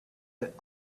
that